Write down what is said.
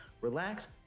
relax